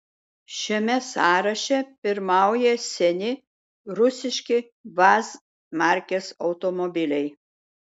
šiame sąraše pirmauja seni rusiški vaz markės automobiliai